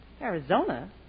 Arizona